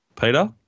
Peter